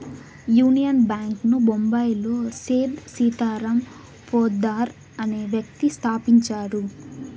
union Bank ను బొంబాయిలో సేథ్ సీతారాం పోద్దార్ అనే వ్యక్తి స్థాపించాడు